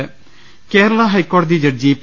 ് കേരള ഹൈക്കോടതി ജഡ്ജി പി